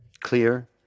clear